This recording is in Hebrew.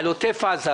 בעניין עוטף עזה,